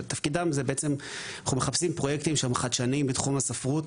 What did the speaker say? אנחנו מחפשים פרויקטים שהם חדשניים בתחום הספרות